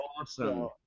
awesome